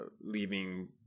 leaving